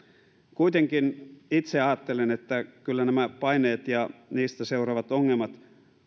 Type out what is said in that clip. kuitenkin itse ajattelen että kyllä nämä paineet ja niistä seuraavat ongelmat